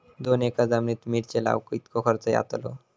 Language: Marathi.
दोन एकर जमिनीत मिरचे लाऊक कितको खर्च यातलो?